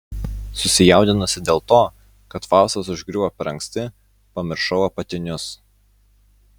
susijaudinusi dėl to kad faustas užgriuvo per anksti pamiršau apatinius